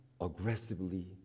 aggressively